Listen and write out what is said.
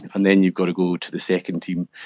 and then you've got to go to the second team,